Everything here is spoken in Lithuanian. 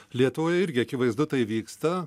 lietuvoje irgi akivaizdu tai vyksta